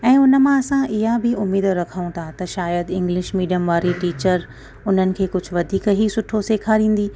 ऐं हुन मां असां इहा बि उमीद रखूं था त की शायदि इंग्लिश मीडियम वारी टीचर हुननि खे कुझु वधीक ई सुठो सेखारींदी